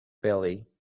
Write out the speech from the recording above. belly